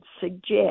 suggest